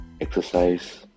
exercise